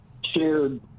shared